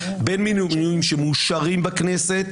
בין מינויים שמאושרים בכנסת,